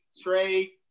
Trey